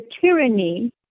tyranny